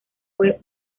fue